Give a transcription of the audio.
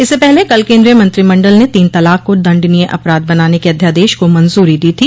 इससे पहले कल केंद्रीय मंत्रिमंडल ने तीन तलाक को दण्डनीय अपराध बनाने के अध्यादेश को मंजूरी दी थी